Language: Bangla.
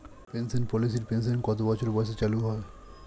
পেনশন পলিসির পেনশন কত বছর বয়সে চালু হয়?